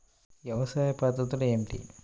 వ్యవసాయ పద్ధతులు ఏమిటి?